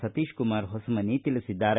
Satishkumar S Hosamani ತಿಳಿಸಿದ್ದಾರೆ